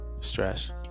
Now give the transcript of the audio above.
stress